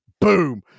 Boom